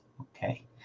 Okay